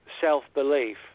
self-belief